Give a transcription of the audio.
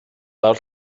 lawr